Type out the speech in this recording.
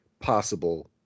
possible